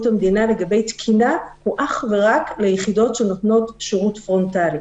המדינה לגבי תקינה הוא אך ורק ליחידות שנותנות שירות פרונטלי.